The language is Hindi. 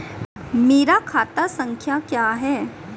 मेरा खाता संख्या क्या है?